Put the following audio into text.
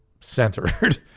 centered